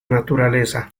naturaleza